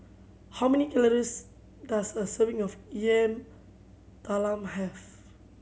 how many calories does a serving of Yam Talam have